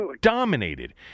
dominated